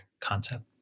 concept